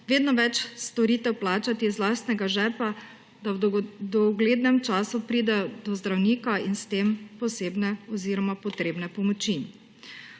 vedno več storitev plačati iz lastnega žepa, da v doglednem času pridejo do zdravnika in s tem potrebne pomoči.